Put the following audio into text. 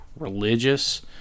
religious